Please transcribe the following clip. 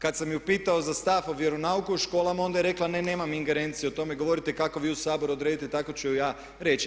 Kad sam je pitao za stav o vjeronauku u školama onda je rekla ne, nemam ingerenciju o tome govoriti kako vi u Saboru odredite tako ću ja reći.